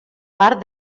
part